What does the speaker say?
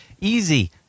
easy